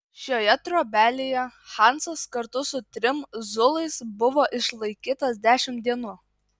šioje trobelėje hansas kartu su trim zulais buvo išlaikytas dešimt dienų